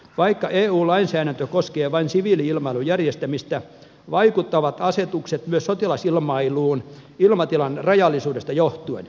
vaikka eu lainsäädäntö koskee vain siviili ilmailun järjestämistä vaikuttavat asetukset myös sotilasilmailuun ilmatilan rajallisuudesta johtuen